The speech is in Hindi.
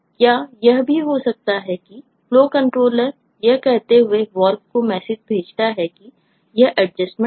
या यह भी हो सकता है कि FlowController यह कहते हुए Valve को मैसेज भेजता है कि यह adjustment है